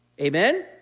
Amen